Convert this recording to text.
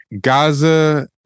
Gaza